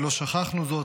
ולא שכחנו זאת,